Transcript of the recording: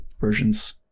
versions